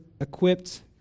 equipped